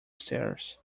stairs